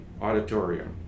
auditorium